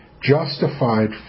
justified